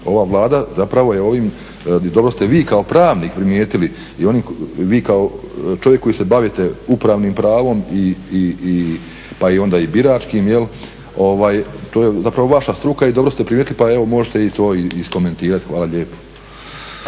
Ova Vlada zapravo je ovim, dobro ste vi kao pravnik primijetili, i vi kao čovjek koji se bavite upravnim pravom, pa onda i biračkim, to je zapravo vaša struka, i dobro ste primijetili pa evo možete i to iskomentirati. Hvala lijepo.